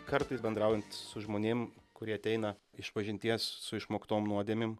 kartais bendraujant su žmonėm kurie ateina išpažinties su išmoktom nuodėmėm